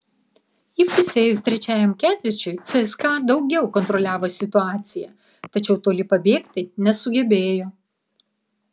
įpusėjus trečiajam ketvirčiui cska daugiau kontroliavo situaciją tačiau toli pabėgti nesugebėjo